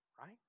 right